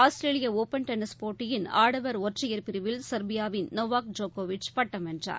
ஆஸ்திரேலிய open tennis போட்டியின் ஆடவர் ஒற்றையர் பிரிவில் செர்பியாவின் நொவாக் ஜோக்கோவிச் பட்டம் வென்றார்